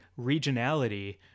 regionality